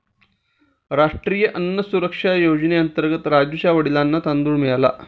राष्ट्रीय अन्न सुरक्षा योजनेअंतर्गत राजुच्या वडिलांना तांदूळ मिळाला